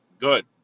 Good